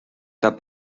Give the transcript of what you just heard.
t’as